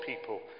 people